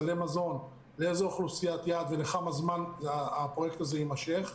סלי מזון לאיזה אוכלוסיית יעד ולכמה זמן הפרויקט הזה יימשך?